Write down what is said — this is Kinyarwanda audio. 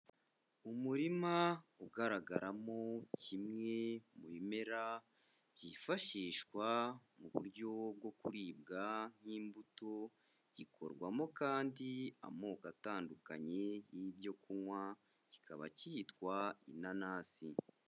Umurima ugaragaramo kimwe mu bimera byifashishwa mu buryo bwo kuribwa nk'imbuto, gikorwamo kandi amoko atandukanye y'ibyo kunywa, kikaba cyitwa inanasi.